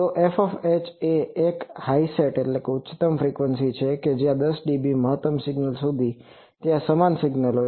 તો fH એ એક હાઈએસટ highestઉચ્ચતમ ફ્રિકવન્સી છે કે જ્યાં 10 ડીબીથી મહત્તમ સિગ્નલસુધી ત્યાં સમાન સિગ્નલ હોય છે